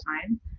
time